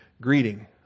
greeting